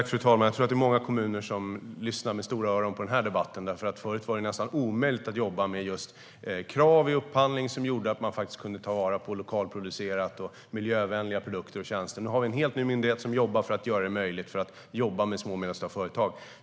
Fru talman! Det är många kommuner som lyssnar med stora öron på den här debatten. Förut var det nästan omöjligt att jobba med krav i upphandling som innebar att ta vara på lokalproducerade och miljövänliga produkter och tjänster. Nu finns det en helt ny myndighet som har till uppgift att göra det möjligt att jobba med små och medelstora företag.